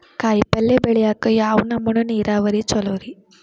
ಕಾಯಿಪಲ್ಯ ಬೆಳಿಯಾಕ ಯಾವ ನಮೂನಿ ನೇರಾವರಿ ಛಲೋ ರಿ?